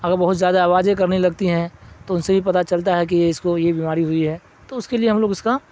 اگر بہت زیادہ آوازیں کرنے لگتی ہیں تو ان سے بھی پتہ چلتا ہے کہ یہ اس کو یہ بیماری ہوئی ہے تو اس کے لیے ہم لوگ اس کا